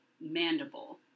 mandible